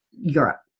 Europe